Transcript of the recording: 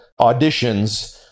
auditions